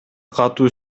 катуу